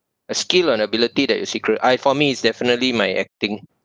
a skill and ability that you secret I for me it's definitely my acting